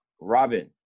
Robin